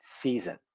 season